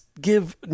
give